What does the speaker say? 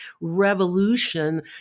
revolution